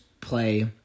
play